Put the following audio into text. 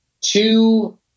Two